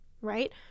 right